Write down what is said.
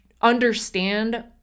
understand